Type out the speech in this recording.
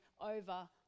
over